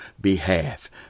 behalf